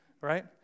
right